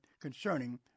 concerning